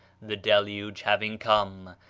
the deluge having come,